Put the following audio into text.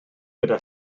gyda